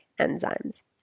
enzymes